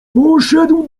poszedł